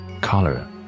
color